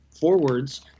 forwards